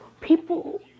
people